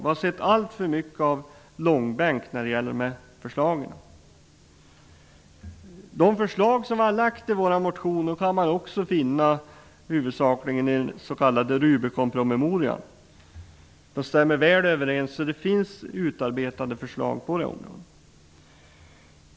Vi har sett alltför mycket av långbänk när det gäller de här förslagen. De förslag som vi har lagt fram i våra motioner kan man i stort sett också finna i den s.k. Rubiconpromemorian; de stämmer väl överens. Det finns alltså förslag utarbetade på det här området.